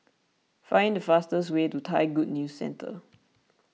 find the fastest way to Thai Good News Centre